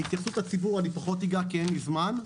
בהתייחסות הציבור אני פחות אגע, כי אין לי זמן.